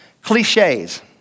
Cliches